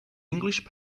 english